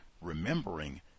remembering